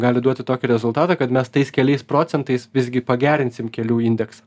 gali duoti tokį rezultatą kad mes tais keliais procentais visgi pagerinsim kelių indeksą